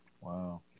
Wow